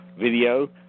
video